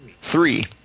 Three